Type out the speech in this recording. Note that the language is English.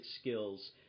skills